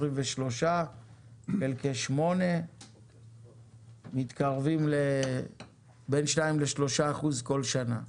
23 חלקי שמונה מתקרבים לבין שניים לשלושה אחוזים כל שנה.